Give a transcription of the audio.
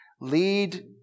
lead